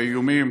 והאיומים